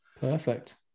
Perfect